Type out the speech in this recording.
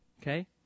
Okay